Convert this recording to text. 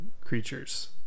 creatures